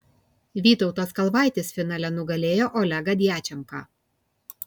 vytautas kalvaitis finale nugalėjo olegą djačenką